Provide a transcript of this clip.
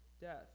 death